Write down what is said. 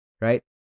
right